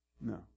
No